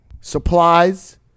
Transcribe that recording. supplies